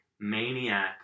maniac